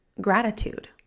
gratitude